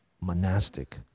monastic